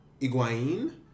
Iguain